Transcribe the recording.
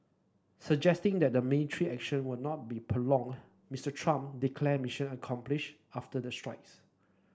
suggesting that the military action would not be prolonged Mister Trump declared mission accomplished after the strikes